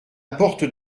porte